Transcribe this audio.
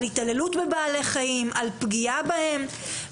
על התעללות בבעלי חיים ועל פגיעה בהם.